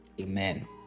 Amen